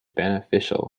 beneficial